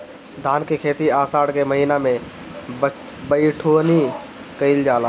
धान के खेती आषाढ़ के महीना में बइठुअनी कइल जाला?